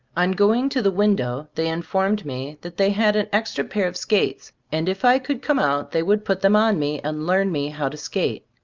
on going to the window, they in formed me that they had an extra pair of skates and if i could come out they would put them on me and learn me how to skate.